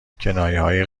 کنایههای